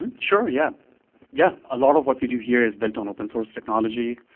and sure. yeah yeah. a lot of what we do here is built on open source technology.